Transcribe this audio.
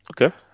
okay